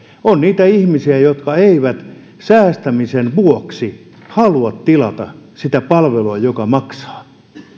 on niitä ihmisiä jotka eivät säästämisen vuoksi halua tilata sitä palvelua joka maksaa